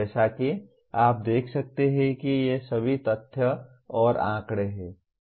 जैसा कि आप देख सकते हैं कि ये सभी तथ्य और आंकड़े हैं